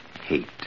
hate